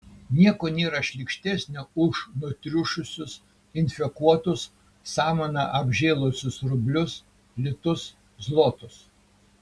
nieko nėra šlykštesnio už nutriušusius infekuotus samana apžėlusius rublius litus zlotus